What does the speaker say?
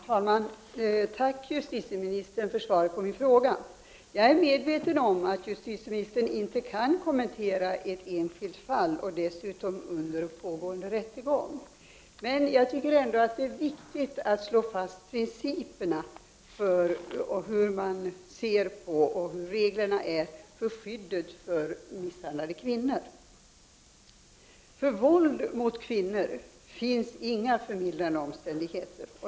Herr talman! Tack, justitieministern, för svaret på min fråga. Jag är medveten om att justitieministern inte kan kommentera ett enskilt fall, som det dessutom pågår en rättegång om. Men jag tycker ändå att det är viktigt att slå fast principerna för skydd för misshandlade kvinnor. För våld mot kvinnor finns inga förmildrande omständigheter.